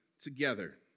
together